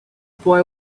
boy